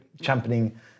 championing